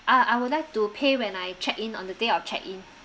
ah I would like to pay when I check in on the day of check in